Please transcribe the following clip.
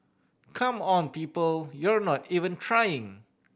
come on people you're not even trying